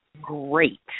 great